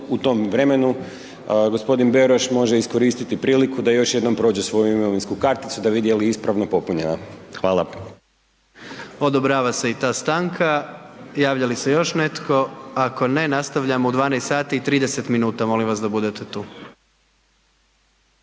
u tom vremenu, g. Bero još može iskoristiti priliku da još jednom prođe svoju imovinsku karticu da vidi je li ispravno popunjena. Hvala. **Jandroković, Gordan (HDZ)** Odobrava se i ta stanka, javlja li se još netko? Ako ne, nastavljamo u 12 sati i 30 minuta. Molim vas da budete tu.